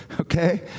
Okay